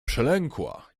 przelękła